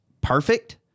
perfect